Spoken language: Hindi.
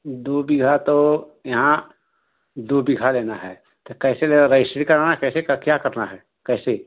दो बीघा तो यहाँ दो बीघा लेना है तो कैसे लेना रजिस्ट्री कराना है कैसे क क्या करना है कैसे